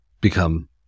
become